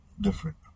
different